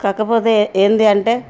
కాకపోతే ఏంటి అంటే